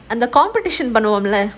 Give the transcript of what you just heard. and the competition பண்ணுவோம்ல:pannuvomla